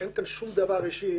אין כאן שום דבר אישי